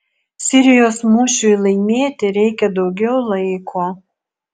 sirijos mūšiui laimėti reikia daugiau laiko